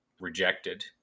rejected